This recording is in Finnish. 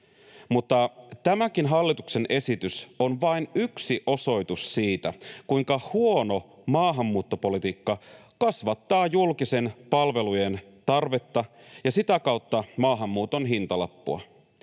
Mutta tämäkin hallituksen esitys on vain yksi osoitus siitä, kuinka huono maahanmuuttopolitiikka kasvattaa julkisten palvelujen tarvetta ja sitä kautta maahanmuuton hintalappua.